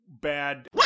bad